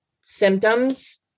symptoms